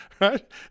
right